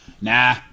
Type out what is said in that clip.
Nah